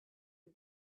are